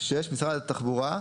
משרד התחבורה,